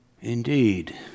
Indeed